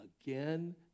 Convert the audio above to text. again